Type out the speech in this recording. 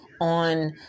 on